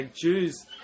Jews